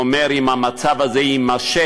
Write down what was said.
אמר: אם המצב הזה יימשך,